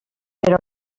però